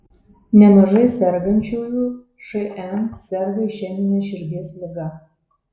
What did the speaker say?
nemažai sergančiųjų šn serga išemine širdies liga